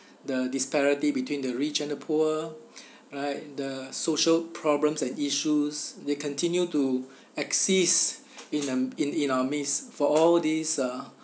the disparity between the rich and the poor right the social problems and issues they continue to exist in a m~ in in our midst for all these uh